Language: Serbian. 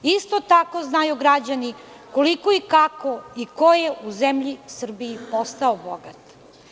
Isto tako, znaju građani koliko i kako i ko je u zemlji Srbije postao bogat.